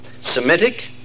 Semitic